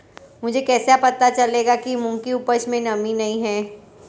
मुझे कैसे पता चलेगा कि मूंग की उपज में नमी नहीं है?